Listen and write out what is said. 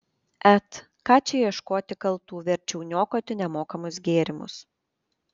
et ką čia ieškoti kaltų verčiau niokoti nemokamus gėrimus